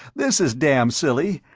this is damn silly,